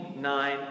nine